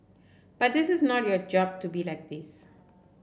but this is not your job to be like this